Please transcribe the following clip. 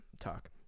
talk